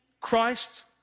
Christ